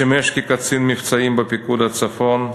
שימש קצין מבצעים בפיקוד הצפון,